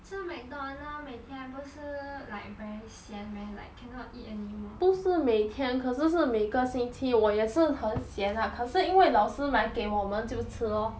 吃 mcdonald's 每天不是 like very sian meh like cannot eat anymore